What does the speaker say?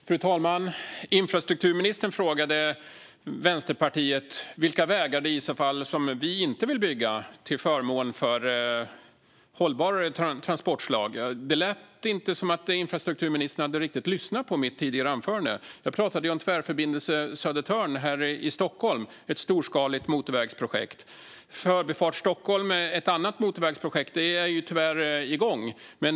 Fru talman! Infrastrukturministern frågade Vänsterpartiet vilka vägar vi inte vill bygga till förmån för hållbara transportslag. Det lät inte som att infrastrukturministern hade riktigt lyssnat på mitt tidigare anförande. Jag talade om Tvärförbindelse Södertörn här i Stockholm - ett storskaligt motorvägsprojekt. Förbifart Stockholm, ett annat motorvägsprojekt, är tyvärr igång.